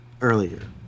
earlier